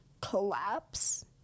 collapse